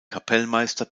kapellmeister